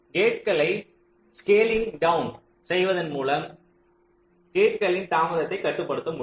கேட்களை scaling down செய்வதன் மூலம் கேட்களின் தாமதத்தை கட்டுப்படுத்த முடியும்